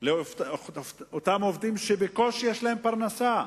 לאותם עובדים שבקושי יש להם פרנסה?